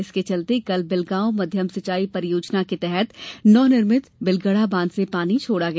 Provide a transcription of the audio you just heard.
इसके चलते कल बिलगांव मध्यम सिंचाई परियोजना के तहत नवनिर्मित बिलगढ़ा बांध से पानी छोड़ा गया